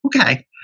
okay